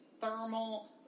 thermal